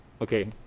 okay